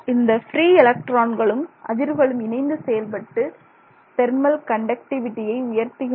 இந்த பிரீ எலக்ட்ரான்களும் அதிர்வுகளும் இணைந்து செயல்பட்டு தெர்மல் கண்டக்டிவிடியை உயர்த்துகின்றன